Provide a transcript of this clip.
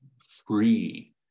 free